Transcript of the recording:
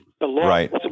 Right